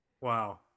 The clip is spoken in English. Wow